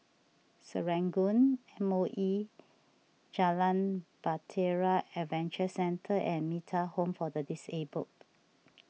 Serangoon Moe Jalan Bahtera Adventure Centre and Metta Home for the Disabled